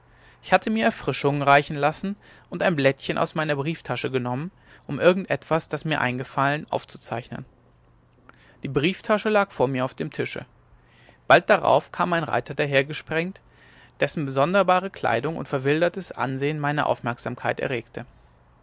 ich hatte mir erfrischungen reichen lassen und ein blättchen aus meiner brieftasche genommen um irgend etwas das mir eingefallen aufzuzeichnen die brieftasche lag vor mir auf dem tische bald darauf kam ein reiter dahergesprengt dessen sonderbare kleidung und verwildertes ansehen meine aufmerksamkeit erregte